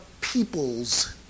peoples